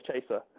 chaser